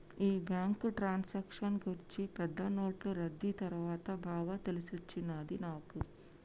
ఈ బ్యాంకు ట్రాన్సాక్షన్ల గూర్చి పెద్ద నోట్లు రద్దీ తర్వాత బాగా తెలిసొచ్చినది నాకు